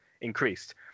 increased